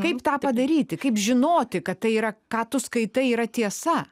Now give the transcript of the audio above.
kaip tą padaryti kaip žinoti kad tai yra ką tu skaitai yra tiesa